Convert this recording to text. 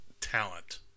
talent